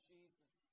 Jesus